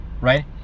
right